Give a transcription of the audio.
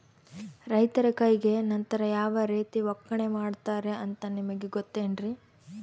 ರೈತರ ಕೈಗೆ ನಂತರ ಯಾವ ರೇತಿ ಒಕ್ಕಣೆ ಮಾಡ್ತಾರೆ ಅಂತ ನಿಮಗೆ ಗೊತ್ತೇನ್ರಿ?